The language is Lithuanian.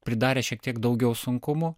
pridarė šiek tiek daugiau sunkumų